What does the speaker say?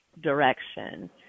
direction